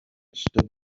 stood